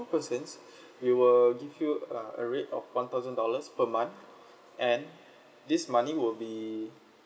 persons we will give you uh a rate of one thousand dollars per month and this money will be